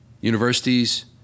universities